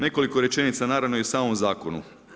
Nekoliko rečenica naravno i o samom zakonu.